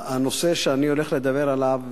הנושא שאני הולך לדבר עליו,